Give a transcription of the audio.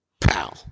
pow